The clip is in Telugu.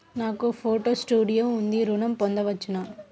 నాకు ఫోటో స్టూడియో ఉంది ఋణం పొంద వచ్చునా?